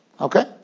Okay